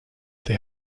they